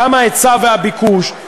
גם ההיצע והביקוש,